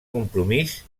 compromís